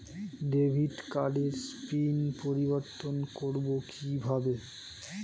Debit কার্ডের PIN পরিবর্তন করবো কীভাবে?